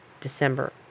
December